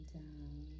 down